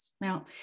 Now